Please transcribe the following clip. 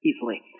easily